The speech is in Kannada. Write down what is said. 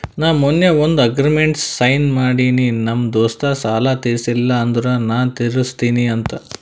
ನಾ ಮೊನ್ನೆ ಒಂದ್ ಅಗ್ರಿಮೆಂಟ್ಗ್ ಸೈನ್ ಮಾಡಿನಿ ನಮ್ ದೋಸ್ತ ಸಾಲಾ ತೀರ್ಸಿಲ್ಲ ಅಂದುರ್ ನಾ ತಿರುಸ್ತಿನಿ ಅಂತ್